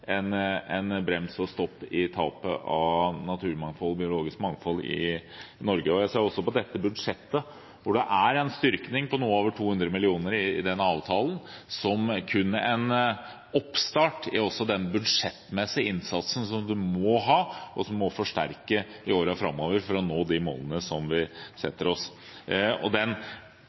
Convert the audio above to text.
en brems og en stopp i tapet av naturmangfold/biologisk mangfold i Norge. Jeg ser på dette budsjettet – hvor det er en styrking på noe over 200 mill. kr i avtalen – som kun en oppstart i den budsjettmessige innsatsen som en må ha, og som må forsterkes i årene framover for å nå de målene som vi